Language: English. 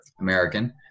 American